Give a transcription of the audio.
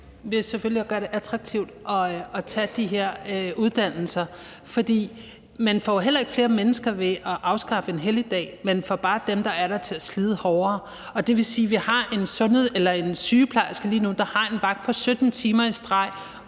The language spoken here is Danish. (ALT): Selvfølgelig ved at gøre det attraktivt at tage de her uddannelser. Man får jo heller ikke flere mennesker ved at afskaffe en helligdag; man får bare dem, der er der, til at slide hårdere. Og det vil sige, at vi har en sygeplejerske lige nu, der har en vagt på 17 timer i streg